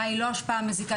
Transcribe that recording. מהי לא השפעה מזיקה,